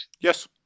Yes